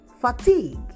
fatigue